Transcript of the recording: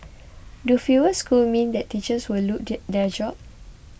do fewer schools mean that teachers will lose their jobs